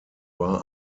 war